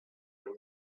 room